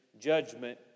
judgment